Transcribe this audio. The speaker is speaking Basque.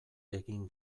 egin